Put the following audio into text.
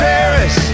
Paris